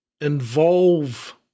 involve